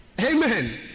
Amen